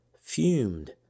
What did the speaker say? fumed